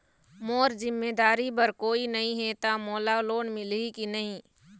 मोर जिम्मेदारी बर कोई नहीं हे त मोला लोन मिलही की नहीं?